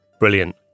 Brilliant